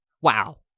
Wow